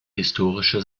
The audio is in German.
historische